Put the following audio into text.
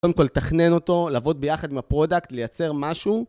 קודם כל, לתכנן אותו, לעבוד ביחד עם הפרודקט, לייצר משהו.